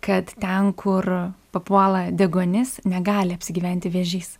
kad ten kur papuola deguonis negali apsigyventi vėžys